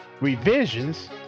revisions